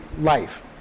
life